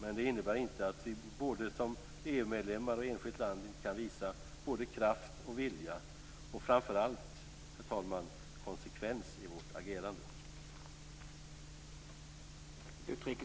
Men det innebär inte att vi både som EU-medlemmar och som enskilt land inte kan visa både kraft och vilja och framför allt, herr talman, konsekvens i vårt agerande.